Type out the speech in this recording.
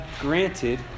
granted